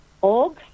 org